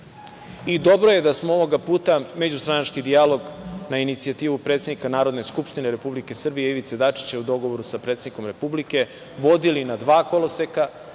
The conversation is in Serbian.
i dobro je da smo ovoga puta međustranački dijalog, na inicijativu predsednika Narodne skupštine Republike Srbije Ivice Dačića u dogovoru sa predsednikom Republike vodili na dva koloseka,